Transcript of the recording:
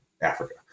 Africa